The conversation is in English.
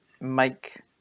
make